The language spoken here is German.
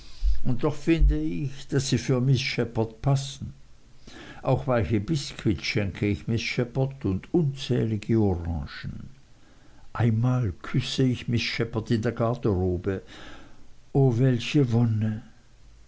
und doch finde ich daß sie für miß shepherd passen auch weiche biskuits schenke ich miß shepherd und unzählige orangen einmal küsse ich miß shepherd in der garderobe o welche wonne